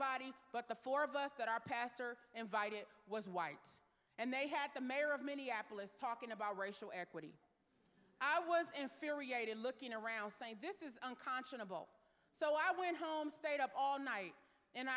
everybody but the four of us that our pastor invited was white and they had the mayor of minneapolis talking about racial equity i was inferior to looking around saying this is unconscionable so i went home stayed up all night and